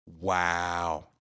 Wow